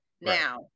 now